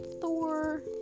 Thor